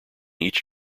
each